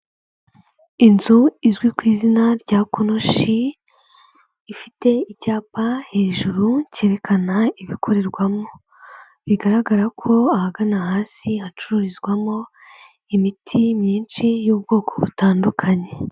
Inzu izwi ku izina rya konoshi, ifite icyapa hejuru cyerekana ibikorerwamo. Bigaragara ko ahagana hasi hacururizwamo imiti myinshi y'ubwoko butandukanye.